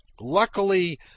Luckily